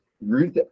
Ruth